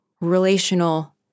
relational